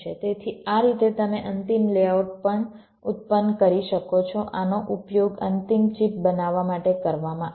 તેથી આ રીતે તમે અંતિમ લેઆઉટ પણ ઉત્પન્ન કરી શકો છો આનો ઉપયોગ અંતિમ ચિપ બનાવવા માટે કરવામાં આવશે